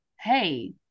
Hey